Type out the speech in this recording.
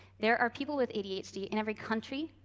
there are people with adhd in every country,